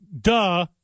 Duh